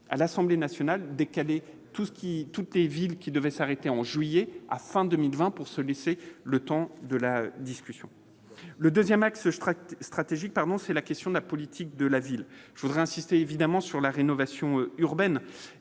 à l'Assemblée nationale, décalé, tout ce qui, toutes les villes qui devait s'arrêter en juillet à fin 2020 pour se laisser le temps de la discussion, le 2ème axe strict stratégique, pardon, c'est la question de la politique de la ville, je voudrais insister évidemment sur la rénovation urbaine